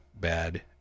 bad